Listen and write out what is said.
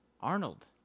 Arnold